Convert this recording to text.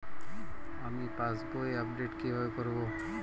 আমি passbook update কিভাবে করাব?